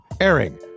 airing